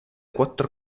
quattro